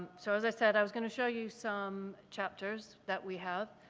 so as i said, i was gonna show you some chapters that we have.